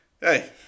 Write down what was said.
Hey